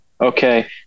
Okay